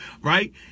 right